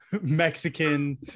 Mexican